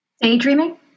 Daydreaming